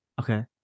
okay